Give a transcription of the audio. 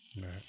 right